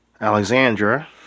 Alexandra